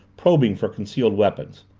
probing for concealed weapons.